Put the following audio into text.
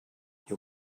you